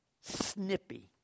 snippy